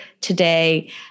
today